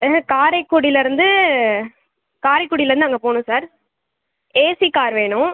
காரைக்குடியிலருந்து காரைக்குடியிலந்து அங்கே போகணும் சார் ஏசி கார் வேணும்